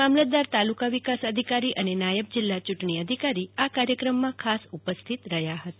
મામલતદાર તાલુકા વિકાસ અધિકારી શ્રી અને નાયબ જીલ્લા યૂંટણી અધિકારી આ કાર્યકારામમાં ખાસ ઉપસ્થિત રહ્યા હતા